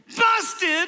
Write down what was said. Busted